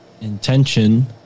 intention